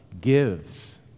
gives